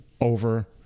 over